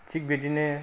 थिग बिदिनो